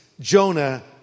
Jonah